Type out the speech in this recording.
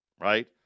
right